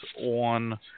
on –